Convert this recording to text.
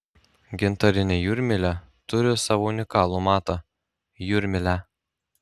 gintarinė jūrmylė turi savo unikalų matą jūrmylę